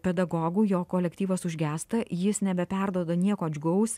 pedagogų jo kolektyvas užgęsta jis nebeperduoda nieko džiugaus